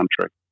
country